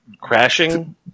crashing